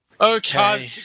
Okay